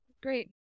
Great